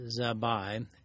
Zabai